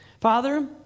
Father